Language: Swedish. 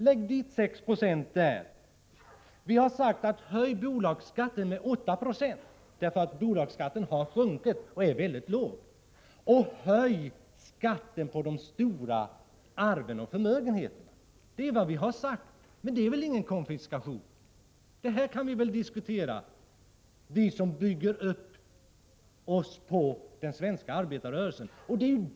Lägg 6 70 skatt på aktiehandeln! Vi har också sagt: Höj bolagsskatten med 8 96! Bolagsskatten har sjunkit och är i dag mycket låg. Höj också skatten på de stora arven och förmögenheterna! Det är vad vi har sagt. Det är väl ingen konfiskation. Detta kan vi väl diskutera, vi som har den svenska arbetarrörelsen som grund.